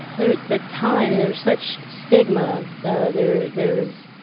there's the time and there's such stigma there there is